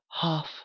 half